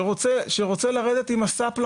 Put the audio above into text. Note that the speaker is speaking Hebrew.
שרוצה לרדת עם הסאפ לחוף,